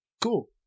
Cool